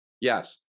yes